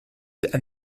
and